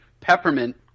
peppermint